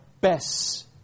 best